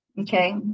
Okay